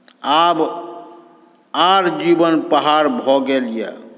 आब आओर जीवन पहाड़ भऽ गेल यए